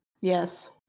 yes